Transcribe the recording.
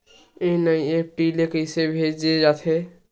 NEFT ले कइसे भेजे जाथे?